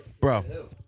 Bro